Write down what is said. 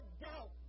doubt